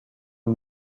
een